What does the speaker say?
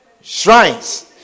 shrines